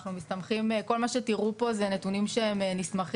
כל מה שתראו פה אלה נתונים שנסמכים,